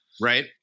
Right